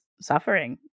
suffering